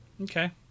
Okay